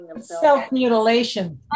self-mutilation